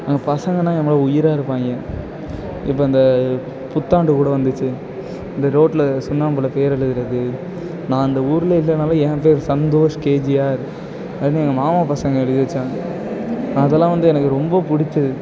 அங்கே பசங்கலாம் என் மேலே உயிராக இருப்பாய்ங்க இப்போ அந்த புத்தாண்டு கூட வந்துச்சு இந்த ரோட்டில சுண்ணாம்பில் பேர் எழுதுகிறது நான் அந்த ஊர்ல இல்லைனாலும் என் பேர் சந்தோஷ் கேஜிஆர் அப்படின்னு எங்கள் மாமா பசங்கள் எழுதி வச்சாங்க அதெல்லாம் வந்து எனக்கு ரொம்ப பிடிச்சது